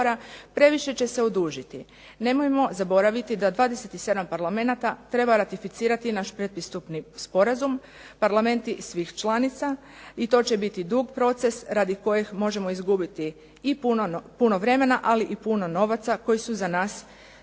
previše će se odužiti. Nemojmo zaboraviti da 27 parlamenata treba ratificirati naš pretpristupni sporazum, parlamenti svih članica i to će biti dug proces radi kojeg možemo izgubiti i puno vremena ali i puno novaca koji su za nas